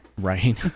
Right